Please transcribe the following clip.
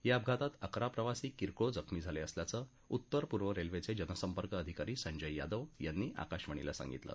या अपघातात अकरा प्रवासी किरकोळ जखमी झाले असल्याचं उत्तर पूर्व रेल्वेचे जनसंपर्क अधिकारी संजय यादव यांनी आकाशवाणीला सांगितलं